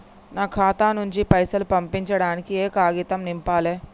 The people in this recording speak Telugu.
నా ఖాతా నుంచి పైసలు పంపించడానికి ఏ కాగితం నింపాలే?